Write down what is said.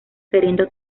queriendo